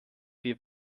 wir